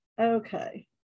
Okay